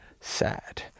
sad